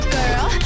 girl